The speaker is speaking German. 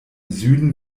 süden